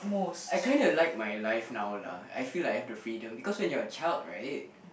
I kind of like my life now lah I feel like I have the freedom because when you are a child right